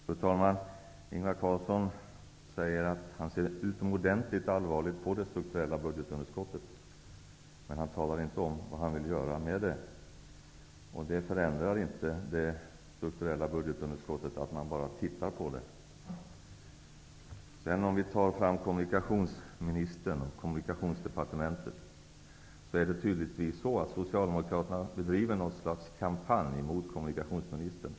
Fru talman! Ingvar Carlsson säger att han ser utomordentligt allvarligt på det strukturella budgetunderskottet. Men han talar inte om vad han vill göra med det. Det förändrar inte det strukturella budgetunderskottet att man bara tittar på det. Det är tydligen så att Socialdemokraterna bedriver någon slags kampanj mot kommunikationsministern.